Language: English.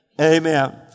Amen